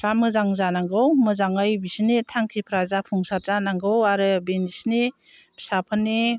मोजां जानांगौ मोजाङै बिसिनि थांखिफ्रा जाफुंसार जानांगौ आरो बिसिनि फिसाफोरनि